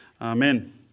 Amen